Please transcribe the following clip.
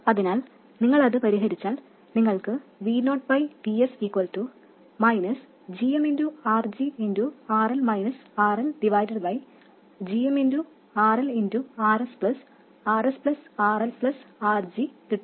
അതിനാൽ നിങ്ങൾ അത് പരിഹരിച്ചാൽ നിങ്ങൾക്ക് V0 Vs gm RG RL - RL gm RL Rs Rs RL RG കിട്ടും